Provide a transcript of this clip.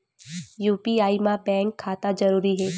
UPI मा bank खाता जरूरी हे?